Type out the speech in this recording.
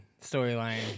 storyline